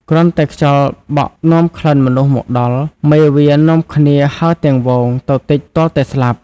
គ្រាន់តែខ្យល់បក់នាំក្លិនមនុស្សមកដល់ មេវានាំគ្នាហើរទាំងហ្វូងទៅទិចទាល់តែស្លាប់។